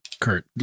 Kurt